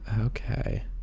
Okay